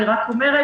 אני רק אומרת,